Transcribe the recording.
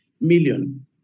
million